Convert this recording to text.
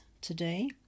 today